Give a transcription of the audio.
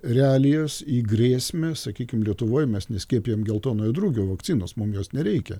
realijas į grėsmę sakykim lietuvoj mes neskiepijam geltonojo drugio vakcinos mum jos nereikia